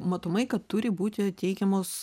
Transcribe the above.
matomai kad turi būti teikiamos